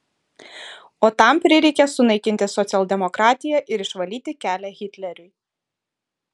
o tam prireikė sunaikinti socialdemokratiją ir išvalyti kelią hitleriui